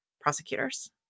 prosecutors